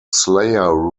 slayer